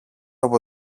από